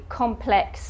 complex